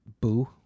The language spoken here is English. boo